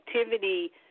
activity